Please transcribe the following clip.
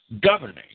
governing